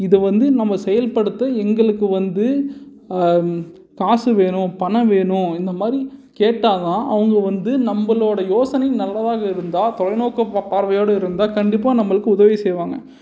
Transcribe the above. இதை வந்து நம்ம செயல்படுத்த எங்களுக்கு வந்து காசு வேணும் பணம் வேணும் இந்த மாதிரி கேட்டால் தான் அவங்க வந்து நம்மளோட யோசனை நல்லதாக இருந்தால் தொலைநோக்கு பா பார்வையோடு இருந்தால் கண்டிப்பாக நம்மளுக்கு உதவி செய்வாங்கள்